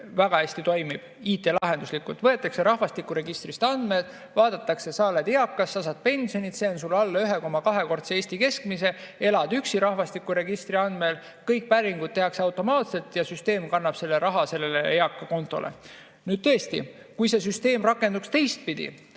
väga hästi toimib IT‑lahenduslikult – võetakse rahvastikuregistrist andmed, vaadatakse, sa oled eakas, sa saad pensioni, see on sul alla 1,2‑kordse Eesti keskmise, elad üksi rahvastikuregistri andmetel, kõik päringud tehakse automaatselt ja süsteem kannab selle raha selle eaka kontole. Tõesti, kui see süsteem rakenduks teistpidi,